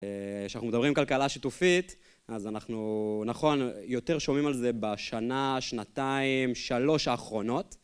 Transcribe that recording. כשאנחנו מדברים כלכלה שיתופית אז אנחנו, נכון, יותר שומעים על זה בשנה, שנתיים, שלוש האחרונות.